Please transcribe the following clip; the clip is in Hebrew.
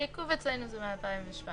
העיכוב אצלנו הוא מ-2017.